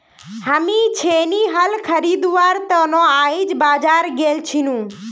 हामी छेनी हल खरीदवार त न आइज बाजार गेल छिनु